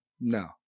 No